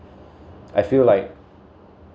I feel like